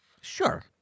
Sure